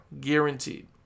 guaranteed